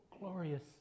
glorious